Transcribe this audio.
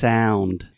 Sound